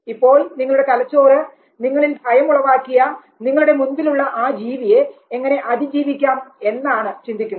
ഇപ്പോൾ നിങ്ങളുടെ തലച്ചോറ് നിങ്ങളിൽ ഭയം ഉളവാക്കിയ നിങ്ങളുടെ മുൻപിലുള്ള ആ ജീവിയെ എങ്ങനെ അതിജീവിക്കാം എന്നാണ് ചിന്തിക്കുന്നത്